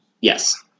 Yes